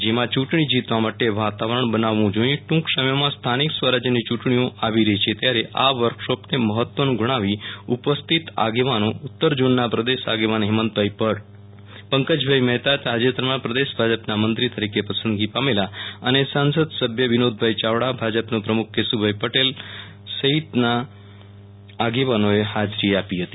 જેમાં યૂંટણી જીતવા માટે વાતાવરણ બનાવવું જોઈએ ટુક સમયમાં સ્થાનિક સ્વરાજ્ય ની યુંટણીઓ આવી રહી છે ત્યારે આ વર્કશીપને મહત્વનું ગણાવી ઉપસ્થિત આગેવાનો ઉતર ઝોનના પ્રદેશ આગેવાન હેમંતભોઈ ભદ પંકજ મહેતા તાજેતરમાં પ્રદેશ ભાજપના મંત્રી પસંદગી પામેલા અને સાસંદ સભ્ય વિનોદ ચાવડા ભાજપ પ્રમુખ કેશુભાઈ પટેલ મહંત દેવનાથ બાપુ સહિતના આગેવાનો હાજરી આપી હતી